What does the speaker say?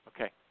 Okay